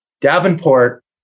Davenport